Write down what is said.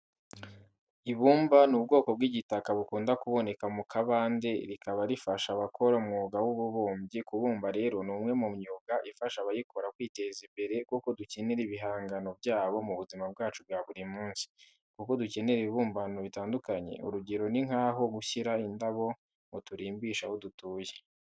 Ibumba ni ubwoko bw'igitaka bukunda kuboneka mu kabande rikaba rifasha abakora umwuga w'ububumbyi. Kubumba rero ni umwe mu myuga ifasha abayikora kwiteza imbere kuko dukenera ibihangano byabo mu buzima bwacu bwa buri munsi, kuko dukenera ibibumbano bitandukanye, urugero ni nk'aho gushyira indabo ngo turimbishe aho dutuye.